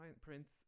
Prince